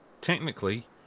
technically